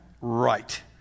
Right